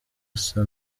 asa